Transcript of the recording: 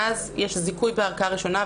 ואז יש זיכוי בערכאה ראשונה,